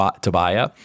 Tobiah